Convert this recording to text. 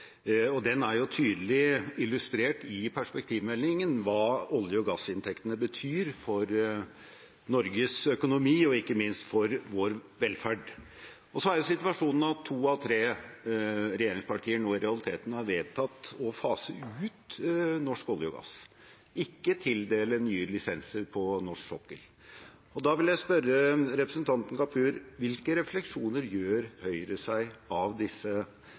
er tydelig illustrert i perspektivmeldingen hva olje- og gassinntektene betyr for Norges økonomi og ikke minst for vår velferd. Så er situasjonen at to av tre regjeringspartier i realiteten har vedtatt å fase ut norsk olje og gass, ikke å tildele nye lisenser på norsk sokkel. Da vil jeg spørre representanten Kapur: Hvilke refleksjoner gjør Høyre seg over disse